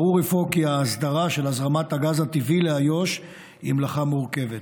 ברור אפוא כי ההסדרה של הזרמת הגז הטבעי לאיו"ש היא מלאכה מורכבת,